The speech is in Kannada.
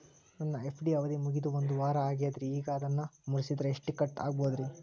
ನನ್ನ ಎಫ್.ಡಿ ಅವಧಿ ಮುಗಿದು ಒಂದವಾರ ಆಗೇದ್ರಿ ಈಗ ಅದನ್ನ ಮುರಿಸಿದ್ರ ಎಷ್ಟ ಕಟ್ ಆಗ್ಬೋದ್ರಿ?